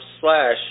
slash